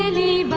ah the